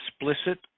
explicit